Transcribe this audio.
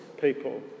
people